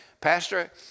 Pastor